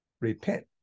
repent